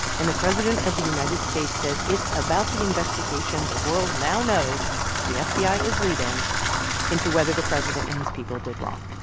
and the president of the united states says it's about the investigation the world now knows the fbi is leading into whether the president and his people did wrong.